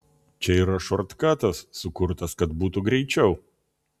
čia yra šortkatas sukurtas kad būtų greičiau